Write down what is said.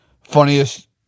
funniest